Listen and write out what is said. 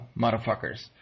Motherfuckers